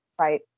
right